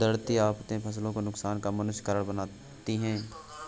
कुदरती आफतें फसलों के नुकसान का मुख्य कारण बनती है